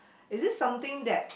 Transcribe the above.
is this something that